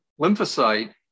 lymphocyte